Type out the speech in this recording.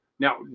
Now